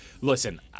listen